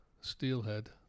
Steelhead